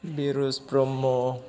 Biruj Brahma